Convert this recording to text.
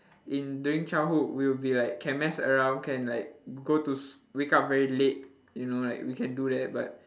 in during childhood we'll be like can mess around can like go to s~ wake up very late you know like we can do that but